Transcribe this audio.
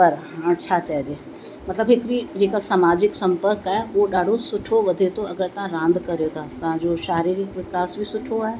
पर हाणे छा चइजे मतिलबु हिकिड़ी हिकु समाजिक संपर्क आहे उहो ॾाढो सुठो वधे थो अगरि तव्हां रांदि करियो था तव्हां जो शारीरिक विकास बि सुठो आहे